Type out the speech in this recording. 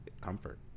comfort